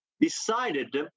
decided